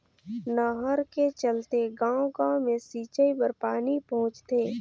नहर के चलते गाँव गाँव मे सिंचई बर पानी पहुंचथे